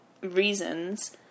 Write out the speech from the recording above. reasons